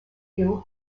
and